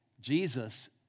Jesus